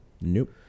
Nope